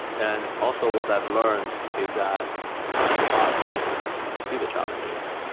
and also, what i've learned is that it's fun to see the challenges.